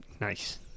nice